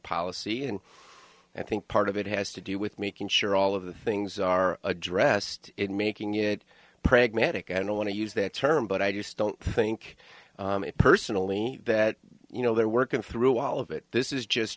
policy and i think part of it has to do with making sure all of the things are addressed in making it pragmatic i don't want to use that term but i just don't think personally that you know they're working through all of it this is just